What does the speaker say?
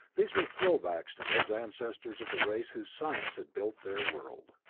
these were throwbacks to those ancestors of the race whose science had built their world.